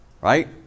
right